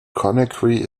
conakry